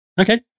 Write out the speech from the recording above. Okay